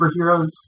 superheroes